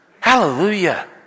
Hallelujah